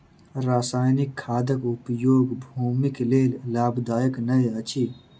रासायनिक खादक उपयोग भूमिक लेल लाभदायक नै अछि